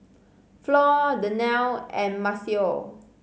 Flo Daniele and Maceo